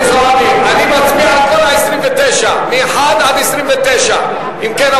אני מצביע על כל ה-29, מ-1 עד 29. כן.